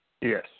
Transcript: Yes